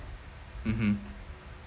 mmhmm